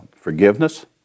forgiveness